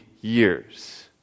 years